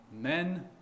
men